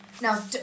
Now